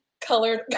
Colored